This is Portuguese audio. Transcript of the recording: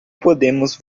podemos